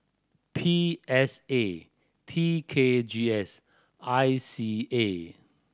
P S A T K G S I C A